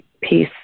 peace